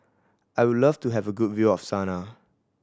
I would love to have a good view of Sanaa